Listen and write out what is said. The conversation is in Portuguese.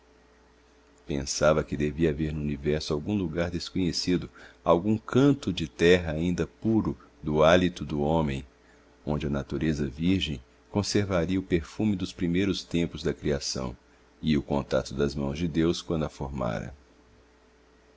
pensava que devia haver no universo algum lugar desconhecido algum canto de terra ainda puro do hálito do homem onde a natureza virgem conservaria o perfume dos primeiros tempos da criação e o contato das mãos de deus quando a formara